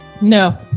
No